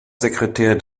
sekretär